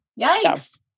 yikes